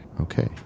Okay